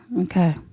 Okay